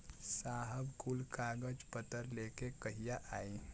साहब कुल कागज पतर लेके कहिया आई?